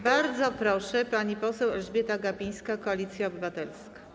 Bardzo proszę, pani poseł Elżbieta Gapińska, Koalicja Obywatelska.